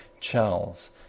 Charles